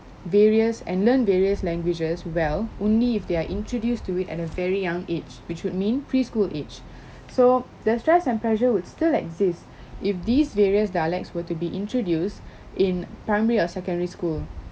barriers and learn various languages well only if they are introduced to it at a very young age which would mean preschool age so their stress and pressure would still exist if these various dialects were to be introduced in primary or secondary school